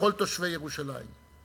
לכל תושבי ירושלים,